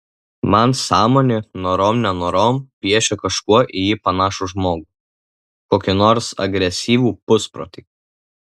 man sąmonė norom nenorom piešia kažkuo į jį panašų žmogų kokį nors agresyvų pusprotį